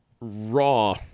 Raw